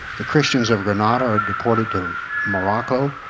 the christians of grenada are deported to morocco,